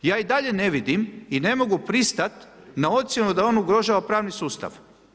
Ja i dalje ne vidim i ne mogu pristati na ocjenu da on ugrožava pravni sustav.